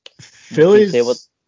Phillies